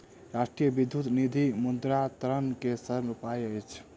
राष्ट्रीय विद्युत निधि मुद्रान्तरण के सरल उपाय अछि